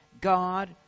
God